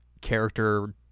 character